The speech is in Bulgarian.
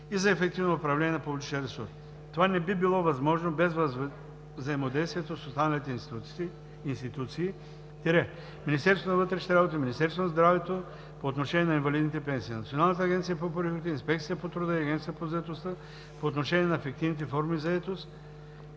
и за то управление на публичния ресурс. Това не би било възможно без взаимодействието с останалите институции – Министерството на вътрешните работи, Министерството на здравеопазването – по отношение на инвалидните пенсии, Националната агенция за приходите, Инспекцията по труда и Агенцията по заетостта – по отношение на фиктивните форми за заетост,